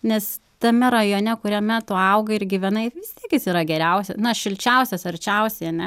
nes tame rajone kuriame tu augai ir gyvenai vistiek jis yra geriausia na šilčiausias arčiausiai ane